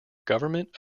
government